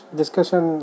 discussion